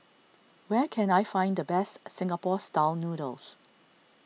where can I find the best Singapore Style Noodles